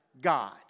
God